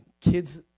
kids